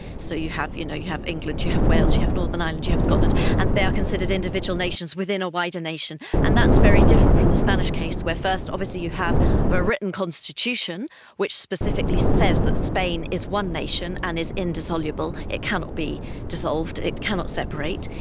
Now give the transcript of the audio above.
so you have you know you have england, you have wales, you have northern ireland, you have scotland, and they are considered individual nations within a wider nation. and that's very different from the spanish case where first obviously you have a written constitution which specifically says that spain is one nation and is indissoluble, it cannot be dissolved, it cannot separate,